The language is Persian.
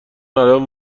الان